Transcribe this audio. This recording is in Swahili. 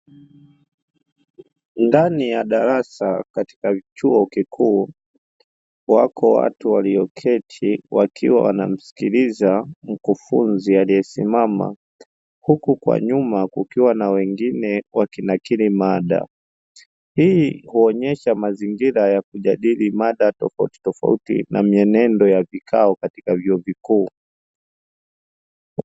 Ndani ya darasa katika chuo kikuu, wako watu walioketi wakiwa wanamsikiliza mkufunzi aliyesimama, huku kwa nyuma kukiwa na wengine wakinakili mada, hii huonyesha mazingira ya kujadili mada tofautitofauti na mienendo ya vikao katika vyuo vikuu.